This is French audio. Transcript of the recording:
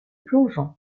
plongeon